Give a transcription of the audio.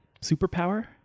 superpower